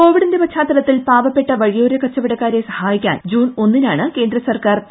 കോവിഡിന്റെ പശ്ചാത്തലത്തിൽ പാവപ്പെട്ട വഴിയോര കച്ചുവടക്കാരെ സഹായിക്കാൻ ജൂൺ ഒന്നിനാണ് കേന്ദ്ര സർക്കാർ പി